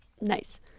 Nice